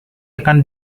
akan